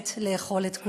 מאיימת לאכול את כולנו.